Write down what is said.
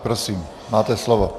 Prosím, máte slovo.